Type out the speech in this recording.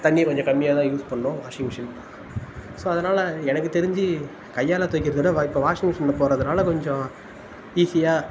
தண்ணியை கொஞ்சம் கம்மியாக தான் யூஸ் பண்ணும் வாஷிங் மெஷின் ஸோ அதனால் எனக்கு தெரிஞ்சு கையால் துவைக்கிறத விட வா இப்போ வாஷிங் மெஷினில் போடுறதுனால கொஞ்சம் ஈஸியாக